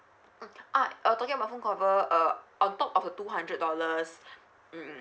mm ah uh talking about phone cover uh on top of a two hundred dollars mm